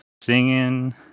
singing